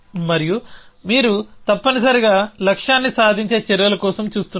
మరియు మీరు తప్పనిసరిగా లక్ష్యాన్ని సాధించే చర్యల కోసం చూస్తున్నారు